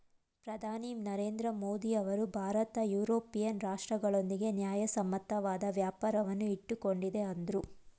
ಪ್ರಧಾನಿ ನರೇಂದ್ರ ಮೋದಿಯವರು ಭಾರತ ಯುರೋಪಿಯನ್ ರಾಷ್ಟ್ರಗಳೊಂದಿಗೆ ನ್ಯಾಯಸಮ್ಮತವಾದ ವ್ಯಾಪಾರವನ್ನು ಇಟ್ಟುಕೊಂಡಿದೆ ಅಂದ್ರು